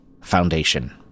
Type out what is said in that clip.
foundation